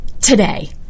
today